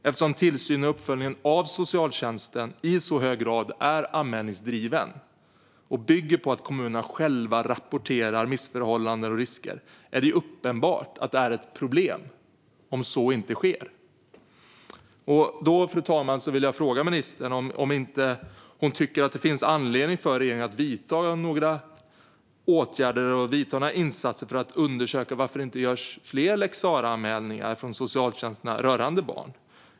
Eftersom tillsynen och uppföljningen av socialtjänsten i så hög grad är anmälningsdriven och bygger på att kommunerna själva rapporterar missförhållanden och risker är det uppenbart att det är ett problem om så inte sker. Fru talman! Jag vill därför fråga ministern om hon inte tycker att det finns anledning för regeringen att vidta några åtgärder och göra några insatser för att undersöka varför socialtjänsterna inte gör fler lex Sarah-anmälningar rörande barn.